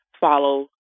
follow